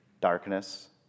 darkness